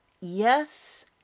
yes